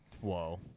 Whoa